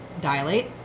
dilate